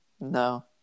No